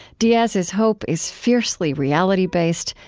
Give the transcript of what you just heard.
diaz's hope is fiercely reality-based,